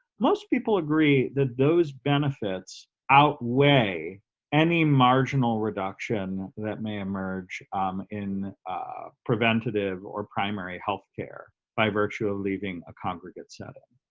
most people agree that those benefits outweigh any marginal reduction that may emerge in preventive or primary health care by virtue of leaving a congregate setting,